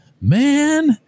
man